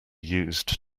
used